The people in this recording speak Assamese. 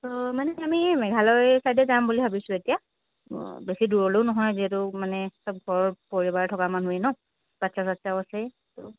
অ' আমি মানে মেঘালয় ছাইডে যাম বুলি ভাবিছোঁ এতিয়া বেছি দূৰলৈয়ো নহয় যিহেতু মানে চব ঘৰ পৰিবাৰ থকা মানুহে ন বাচ্চা চাচ্চাও আছে